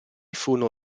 furono